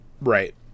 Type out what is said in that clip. Right